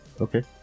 Okay